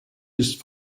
ist